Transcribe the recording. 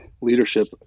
leadership